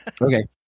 Okay